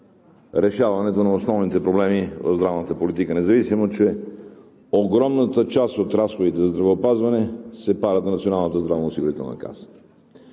решаването на основните проблеми в здравната политика, независимо че огромната част от разходите за здравеопазване се падат на